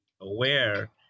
aware